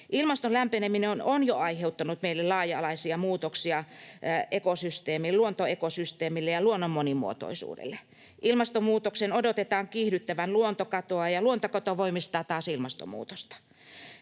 Ilmaston lämpeneminen on jo aiheuttanut meillä laaja-alaisia muutoksia luontoekosysteemille ja luonnon monimuotoisuudelle. Ilmastonmuutoksen odotetaan kiihdyttävän luontokatoa, ja luontokato voimistaa taas ilmastonmuutosta.